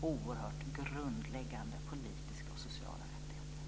oerhört grundläggande politiska och sociala rättigheter.